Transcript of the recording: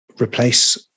replace